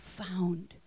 found